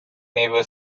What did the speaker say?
never